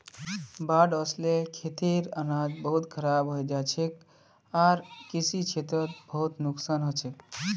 बाढ़ वस ल खेतेर अनाज खराब हई जा छेक आर कृषि क्षेत्रत खूब नुकसान ह छेक